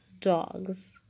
dogs